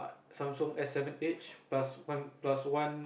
Samsung S-seven edge plus one plus one